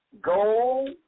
gold